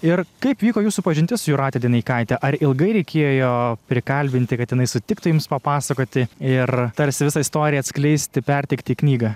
ir kaip vyko jūsų pažintis su jūrate dineikaite ar ilgai reikėjo prikalbinti kad jinai sutiktų jums papasakoti ir tarsi visą istoriją atskleisti perteikti į knygą